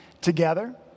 together